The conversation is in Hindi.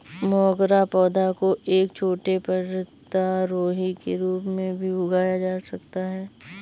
मोगरा पौधा को एक छोटे पर्वतारोही के रूप में भी उगाया जा सकता है